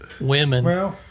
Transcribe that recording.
Women